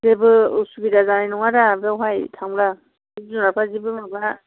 जेबो असुबिदा जानाय नङा दा बेवहाय थांब्ला बिमाफ्रा जेबो माबा